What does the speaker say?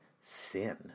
sin